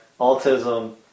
autism